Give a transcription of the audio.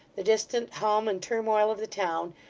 the distant hum and turmoil of the town,